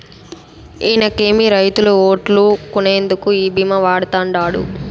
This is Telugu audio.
ఇనకేమి, రైతుల ఓట్లు కొనేందుకు ఈ భీమా వాడతండాడు